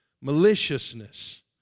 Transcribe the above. maliciousness